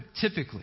typically